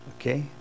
Okay